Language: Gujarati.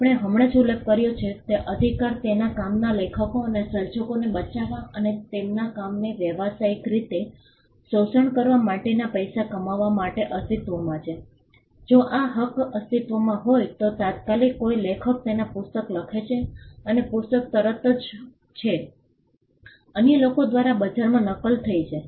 આપણે હમણાં જ ઉલ્લેખ કર્યો છે તે અધિકાર તેના કામના લેખકો અને સર્જકોને બચાવવા અને તેમના કામને વ્યાવસાયિક રીતે શોષણ કરવા માટેના પૈસા કમાવવા માટે અસ્તિત્વમાં છે જો આ હક અસ્તિત્વમાં હોય તો તાત્કાલિક કોઈ લેખક તેના પુસ્તક લખે છે અને પુસ્તક તરત જ છે અન્ય લોકો દ્વારા બજારમાં નકલ થાઇ છે